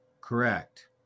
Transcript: correct